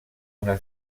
una